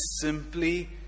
simply